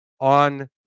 on